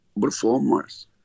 performers